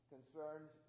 Concerns